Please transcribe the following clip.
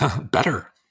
better